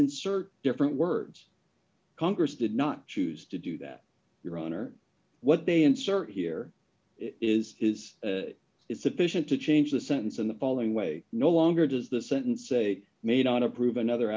insert different words congress did not choose to do that your honor what they insert here is is it sufficient to change the sentence in the following way no longer does the sentence say may not approve another